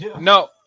No